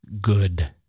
good